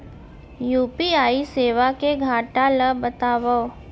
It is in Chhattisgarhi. यू.पी.आई सेवा के घाटा ल बतावव?